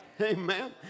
Amen